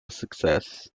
success